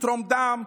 לתרום דם,